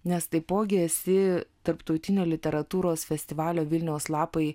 nes taipogi esi tarptautinio literatūros festivalio vilniaus lapai